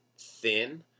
thin